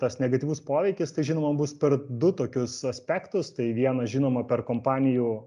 tas negatyvus poveikis tai žinoma bus per du tokius aspektus tai viena žinoma per kompanijų